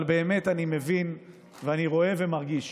אבל אני באמת מבין ואני רואה ומרגיש